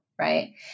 right